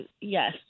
yes